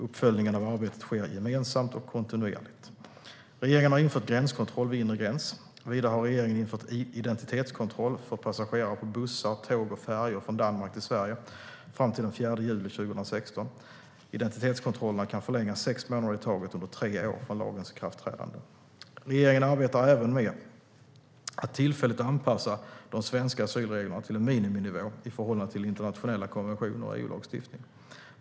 Uppföljningen av arbetet sker gemensamt och kontinuerligt. Regeringen har infört gränskontroll vid inre gräns. Vidare har regeringen infört identitetskontroll för passagerare på bussar, tåg och färjor från Danmark till Sverige fram till den 4 juli 2016. Identitetskontrollerna kan förlängas sex månader i taget under tre år från lagens ikraftträdande. Regeringen arbetar även med att tillfälligt anpassa de svenska asylreglerna till en miniminivå i förhållande till internationella konventioner och EU-lagstiftning.